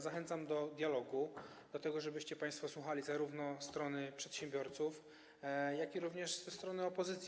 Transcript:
Zachęcam do dialogu, do tego, żebyście państwo słuchali zarówno strony przedsiębiorców, jak również strony opozycji.